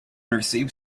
receive